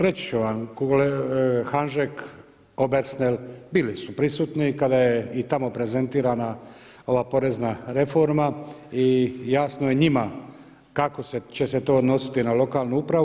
Reći ću vam Hanžek, Obersnel, bili su prisutni kada je i tamo prezentirana ova porezna reforma i jasno je njima kako će se to odnositi na lokalnu upravu.